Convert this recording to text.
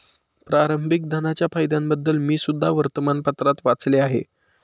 प्रारंभिक धनाच्या फायद्यांबद्दल मी सुद्धा वर्तमानपत्रात वाचले आहे